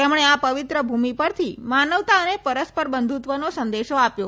તેમણે આ પવિત્ર ભૂમિ પરથી માનવતા અને પરસ્પર બંધુત્વનો સંદેશો આપ્યો